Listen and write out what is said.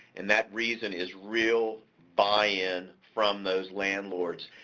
and that reason is real buy-in from those landlords,